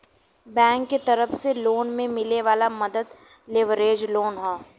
bank के तरफ से लोन में मिले वाला मदद लेवरेज लोन हौ